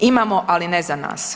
Imamo, ali ne za nas.